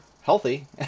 healthy